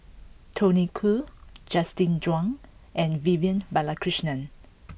Tony Khoo Justin Zhuang and Vivian Balakrishnan